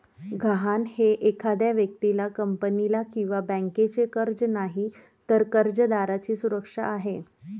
गहाण हे एखाद्या व्यक्तीला, कंपनीला किंवा बँकेचे कर्ज नाही, तर कर्जदाराची सुरक्षा आहे